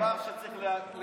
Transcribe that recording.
זה דבר שצריך לגנות אותו.